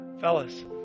Fellas